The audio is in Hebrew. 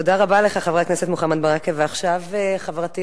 תודה רבה לך, חבר הכנסת מוחמד ברכה.